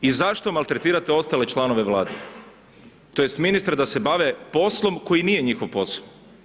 I zašto maltretirate ostale članove Vlade, tj. ministra da se bave poslom koji nije njihov posao.